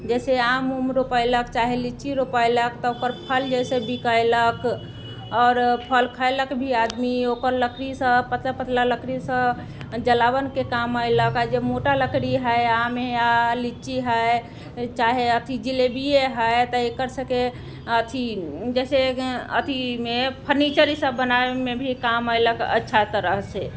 जैसे आम उम रोपैलक चाहे लीची रोपैलक तऽ ओकर फल जैसे बिकैलक आओर फल खैलक भी आदमी ओकर लकड़ीसँ पतला पतला लकड़ीसँ जलावनके काम अयलक जे मोटा लकड़ी हय आम हय लीची हय चाहे अथी जिलेबिये हय तऽ एकर सबके अथी जैसे अथीमे फनीचर ई सब बनाबैमे भी काम अयलक अच्छा तरहसँ